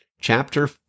chapter